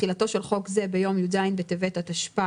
תחילתו של חוק זה ביום י"ז בטבת התשפ"א,